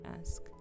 ask